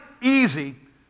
easy